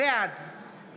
בעד